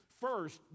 First